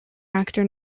actor